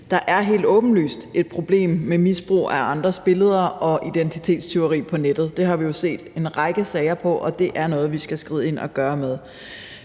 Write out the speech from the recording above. Der er helt åbenlyst et problem med misbrug af andres billeder og identitetstyveri på nettet. Det har vi jo set en række sager om, og det er noget, som vi skal skride ind over for